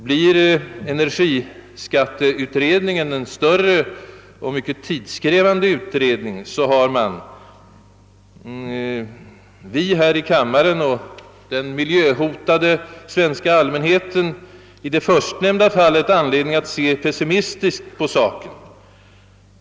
Blir energiskatteutredningen en större och mycket tidskrävande utredning, så har man — vi här i kammaren och den miljöhotade svenska allmänheten — i det förstnämnda fallet anledning att se pessimistiskt på saken.